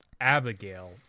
Abigail